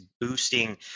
boosting